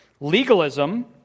Legalism